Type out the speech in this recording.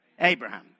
Abraham